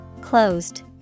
Closed